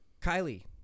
Kylie